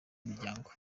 imiryango